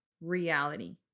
reality